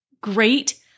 great